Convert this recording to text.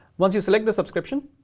once you select the subscription,